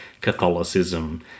Catholicism